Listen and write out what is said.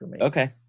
Okay